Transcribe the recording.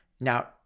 now